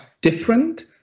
different